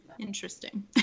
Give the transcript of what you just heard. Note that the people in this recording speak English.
Interesting